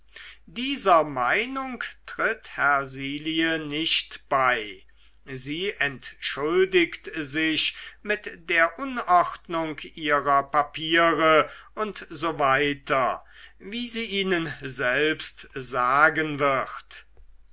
dieser meinung tritt hersilie nicht bei sie entschuldigt sich mit der unordnung ihrer papiere u s w wie sie ihnen selbst sagen wird